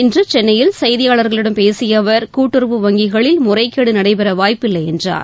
இன்று சென்னையில் செய்தியாளர்களிடம் பேசிய அவர் கூட்டுறவு வங்கிகளில் முறைகேடு நடைபெற வாய்ப்பில்லை என்றார்